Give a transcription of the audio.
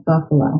Buffalo